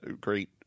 Great